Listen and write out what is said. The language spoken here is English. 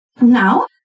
Now